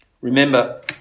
Remember